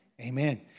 Amen